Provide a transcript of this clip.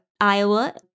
Iowa